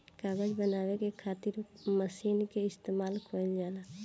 कागज बनावे के खातिर मशीन के इस्तमाल कईल जाला